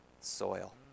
soil